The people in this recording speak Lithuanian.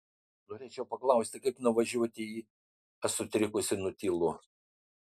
norėčiau paklausti kaip nuvažiuoti į aš sutrikusi nutylu